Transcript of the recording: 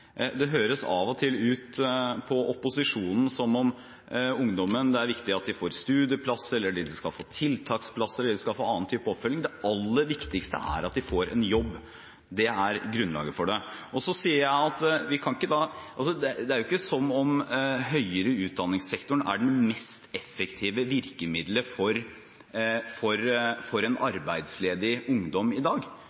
Det høres av og til ut på opposisjonen som om det er viktig at ungdommen får studieplasser, eller de skal få tiltaksplasser, eller de skal få annen type oppfølging. Det aller viktigste er at de får en jobb. Det er grunnlaget for det. Det er ikke sånn at høyere utdanningssektoren er det mest effektive virkemidlet for en arbeidsledig ungdom i dag. Det kan godt hende vedkommende har utdannelse allerede. Det kan godt hende det vedkommende trenger, er et kortere omskoleringskurs, ikke en